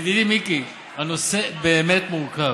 ידידי מיקי, הנושא באמת מורכב.